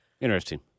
Interesting